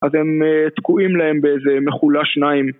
אז הם תקועים להם באיזה מכולה שניים.